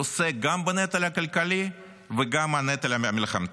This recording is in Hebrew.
ונושא גם בנטל הכלכלי וגם בנטל המלחמתי.